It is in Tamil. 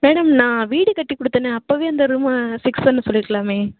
மேடம் நான் வீடு கட்டி கொடுத்தனே அப்போவே அந்த ரூம்ம ஃபிக்ஸ் பண்ண சொல்லியிருக்கலாமே